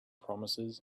promises